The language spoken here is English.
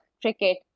cricket